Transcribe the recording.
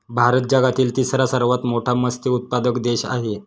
भारत जगातील तिसरा सर्वात मोठा मत्स्य उत्पादक देश आहे